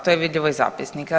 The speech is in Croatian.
To je vidljivo iz zapisnika.